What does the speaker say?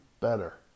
better